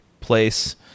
place